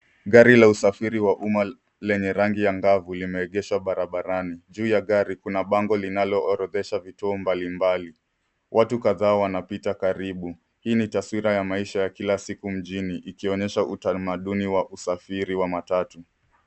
Gari la usafiri wa umma lenye rangi angavu limeegeshwa barabarani. Juu ya gari, kuna bango linaloorodhesha vituo mbalimbali. Watu kadhaa wanapita karibu. Hii ni taswira ya maisha ya kila siku mjini ikionyesha utamaduni wa usafiri wa matatu.